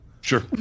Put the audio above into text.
Sure